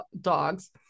Dogs